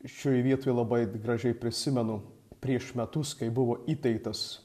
šioj vietoj labai gražiai prisimenu prieš metus kai buvo įteiktas